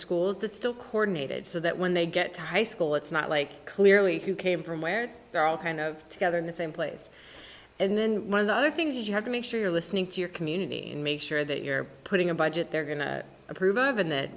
schools that still coordinated so that when they get to high school it's not like clearly if you came from where they're all kind of together in the same place and then one of the other things you have to make sure you're listening to your community and make sure that you're putting a budget they're going to approve of and that